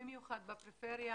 במיוחד בפריפריה,